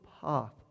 path